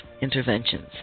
Interventions